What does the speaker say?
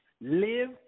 live